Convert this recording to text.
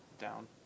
down